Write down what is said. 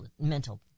mental